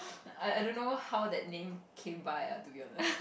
I I don't know how that name came by uh to be honest